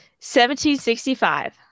1765